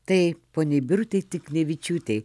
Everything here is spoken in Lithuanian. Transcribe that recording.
tai poniai birutei tiknevičiūtei